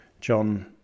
John